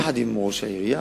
יחד עם ראש העירייה.